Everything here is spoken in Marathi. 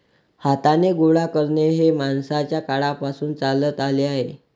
हाताने गोळा करणे हे माणसाच्या काळापासून चालत आले आहे